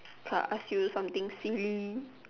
ah ask you something silly